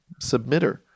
submitter